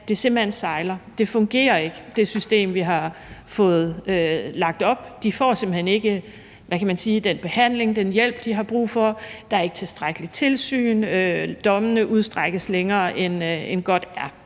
fået lagt op, fungerer ikke. De får simpelt hen ikke den behandling og den hjælp, de har brug for, der er ikke tilstrækkeligt tilsyn, og dommene udstrækkes længere, end godt er.